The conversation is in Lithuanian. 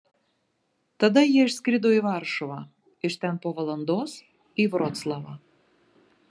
tada jie išskrido į varšuvą iš ten po valandos į vroclavą